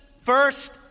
First